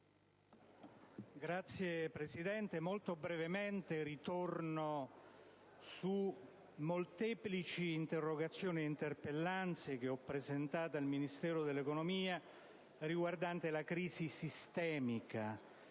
Signor Presidente, ritorno su molteplici interrogazioni ed interpellanze che ho presentato al Ministero dell'economia riguardanti la crisi sistemica,